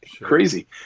crazy